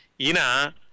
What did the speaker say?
Ina